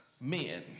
men